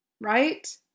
right